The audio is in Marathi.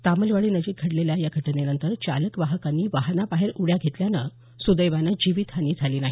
तामलवाडी नजिक घडलेल्या या घटनेनंतर चालक वाहकांनी वाहनाबाहेर उड्या घेतल्यानं सुदैवानं जीवीत हानी झाली नाही